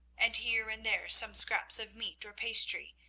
and here and there, some scraps of meat or pastry,